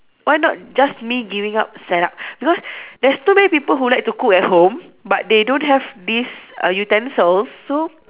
why not just me giving out set up because there's too many people who like to cook at home but they don't have these uh utensils so